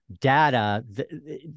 data